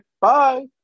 bye